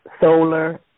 solar